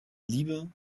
liebe